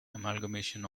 amalgamation